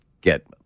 get